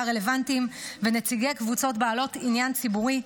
הרלוונטיים ונציגי קבוצות בעלות עניין ציבורי,